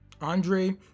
Andre